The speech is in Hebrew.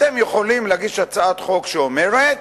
אתם יכולים להגיש הצעת חוק שאומרת